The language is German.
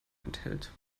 enthält